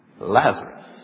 Lazarus